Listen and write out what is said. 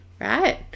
right